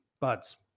Buds